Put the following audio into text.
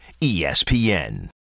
ESPN